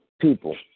people